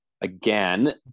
again